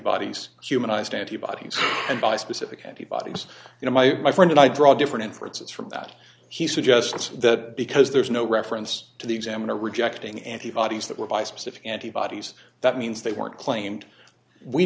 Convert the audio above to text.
antibodies humanised antibodies and by specific antibodies you know my my friend and i draw different inferences from that he suggests that because there is no reference to the examiner rejecting antibodies that were by specific antibodies that means they weren't claimed we